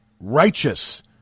Righteous